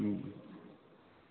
उम